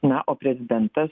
na o prezidentas